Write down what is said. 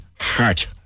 heart